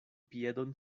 piedon